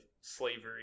slavery